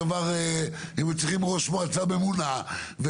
אם הם צריכים ראש מועצה ממונה.